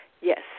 Yes